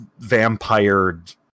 vampired